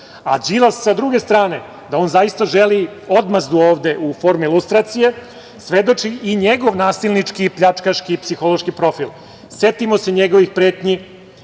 a Đilas sa druge strane, da on zaista želi odmazdu ovde u formi lustracije, svedoči i njegov nasilnički i pljačkaški psihološki profil. Setimo se njegovih pretnji